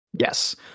Yes